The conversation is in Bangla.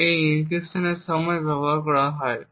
এবং এটি এনক্রিপশনের সময় ব্যবহার করা হয়